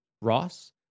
Ross